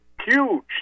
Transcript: huge